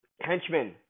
henchmen